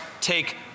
take